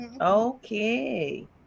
Okay